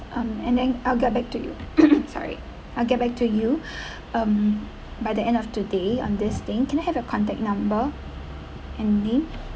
um and then I'll get back to you sorry I'll get back to you um by the end of today on this thing can I have you contact number and name